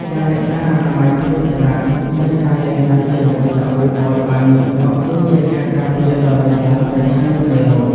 ការរក្សាអនាម័យខ្លួនប្រាណ និងការលាងដៃជាមួយសាប៊ូឱ្យបានញឹកញាប់គឺជាខែលការពារដ៏រឹងមាំប្រឆាំងនឹងមេរោគ។